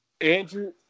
Andrew –